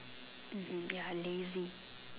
mmhmm ya lazy